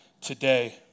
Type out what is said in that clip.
today